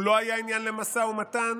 הוא לא היה עניין למשא ומתן,